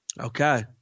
Okay